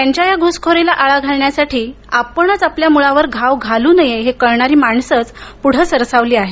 त्यांच्या या घुसखोरीला आळा घालण्यासाठी आपणच आपल्या मूळावर घाव घालू नये हे कळणारी माणसंच पुढे सरसावली आहेत